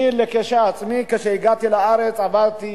אני עצמי, כשהגעתי לארץ, עברתי